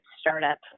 startup